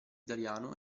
italiano